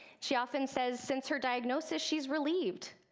she often says since her diagnosis she's relieved,